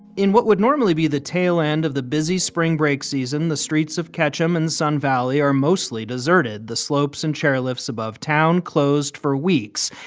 in what would normally be the tail end of the busy spring break season, the streets of ketchum in sun valley are mostly deserted. the slopes and chair lifts above town closed for weeks.